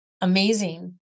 Amazing